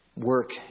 work